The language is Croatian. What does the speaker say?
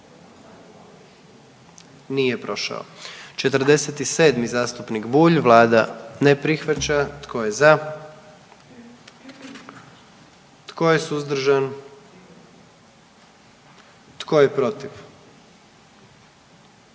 44. Kluba zastupnika SDP-a, vlada ne prihvaća. Tko je za? Tko je suzdržan? Tko je protiv?